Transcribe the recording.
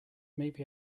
maybe